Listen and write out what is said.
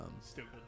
Stupid